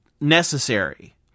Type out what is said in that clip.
necessary